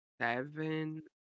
seven